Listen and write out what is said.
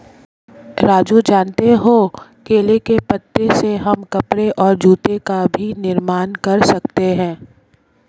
राजू जानते हो केले के पत्ते से हम कपड़े और जूते का भी निर्माण कर सकते हैं